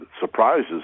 surprises